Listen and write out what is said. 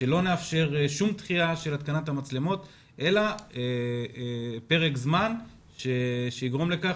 שלא נאפשר כל דחייה של התקנת המצלמות אלא פרק זמן שיגרום לכך